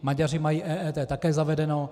Maďaři mají EET také zavedeno.